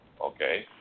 Okay